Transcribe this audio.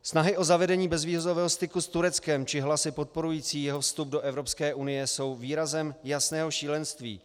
Snahy o zavedení bezvízového styku s Tureckem či hlasy podporující jeho vstup do Evropské unie jsou výrazem jasného šílenství.